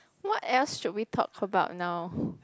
what else should we talk about now